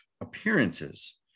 appearances